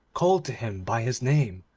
called to him by his name,